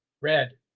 Red